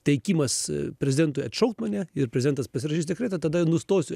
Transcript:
teikimas prezidentui atšaukt mane ir prezidentas pasirašys dekretą tada nustosiu